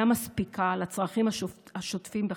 שאינה מספיקה לצרכים השוטפים בחייו.